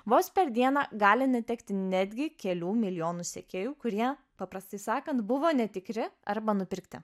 vos per dieną gali netekti netgi kelių milijonų sekėjų kurie paprastai sakant buvo netikri arba nupirkti